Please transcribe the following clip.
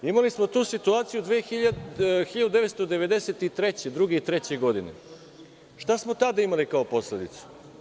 Imali smo tu situaciju 1992, 1993. godine – šta smo tada imali kao posledicu?